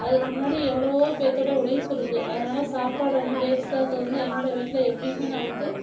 அதுக்கு முன்னாடி எவ்வளவோ பேருத்தோட உழைப்பு இருக்குது அதனால சாப்பாடை வந்து வேஸ்ட்டாக்கிறத வந்து என்னோட வீட்டில் எப்பவுமே நான் வந்து